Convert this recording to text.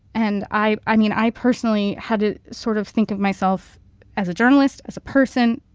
and i i mean, i personally had to sort of think of myself as a journalist, as a person,